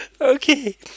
Okay